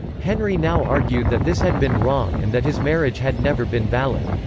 henry now argued that this had been wrong and that his marriage had never been valid.